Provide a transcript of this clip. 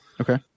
Okay